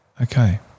Okay